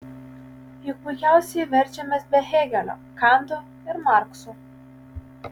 juk puikiausiai verčiamės be hėgelio kanto ir markso